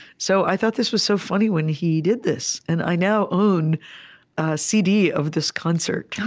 so i thought this was so funny when he did this. and i now own a cd of this concert oh,